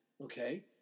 okay